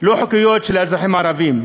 לא חוקית של האזרחים הערבים.